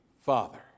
Father